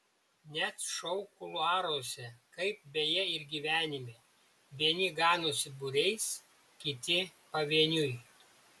net šou kuluaruose kaip beje ir gyvenime vieni ganosi būriais kiti pavieniui